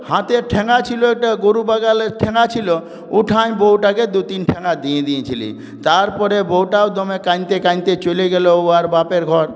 হাতে ঠেঙা ছিলো একটা গরু বাগালের ঠেঙা ছিলো উঠান বউটাকে দু তিন ঠ্যাঙা দিয়ে দিয়েছিলি তারপরে বউটাও দমে কাইন্দতে কাইন্দতে চলে গেলো উয়ার বাপের ঘর